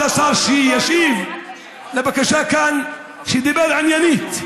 שהיא בקשה צודקת ועניינית,